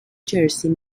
jersey